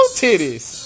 titties